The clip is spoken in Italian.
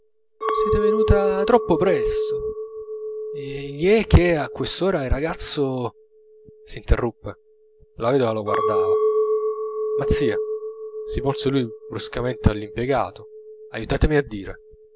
siete venuta troppo presto gli è che a quest'ora il ragazzo s'interruppe la vedova lo guardava mazzia si volse lui bruscamente allo impiegato aiutami a dire